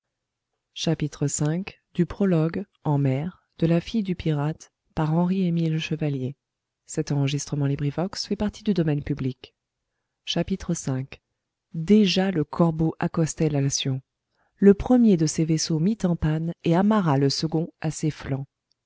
suivi subirent le même sort v déjà le corbeau accostait l'alcyon le premier de ces vaisseaux mit en panne et amarra le second à ses flancs